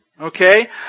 Okay